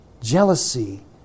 jealousy